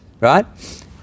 right